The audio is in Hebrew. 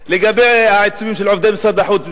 לסדר-היום על העיצומים של עובדי משרד החוץ.